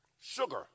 Sugar